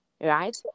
Right